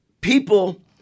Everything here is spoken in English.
People